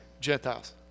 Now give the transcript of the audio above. Gentiles